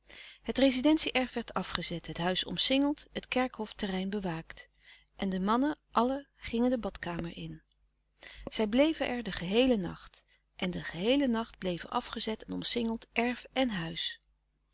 het rezidentie erf werd afgezet het huis omsingeld het kerkhofterrein bewaakt en de mannen allen gingen de badkamer in zij bleven er den geheelen nacht en den louis couperus de stille kracht geheelen nacht bleven afgezet en omsingeld erf en huis